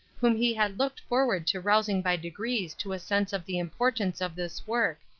whom he had looked forward to rousing by degrees to a sense of the importance of this work,